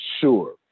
sure